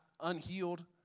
unhealed